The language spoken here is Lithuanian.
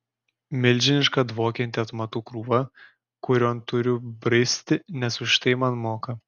milžiniška dvokianti atmatų krūva kurion turiu bristi nes už tai man moka